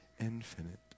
infinite